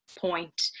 point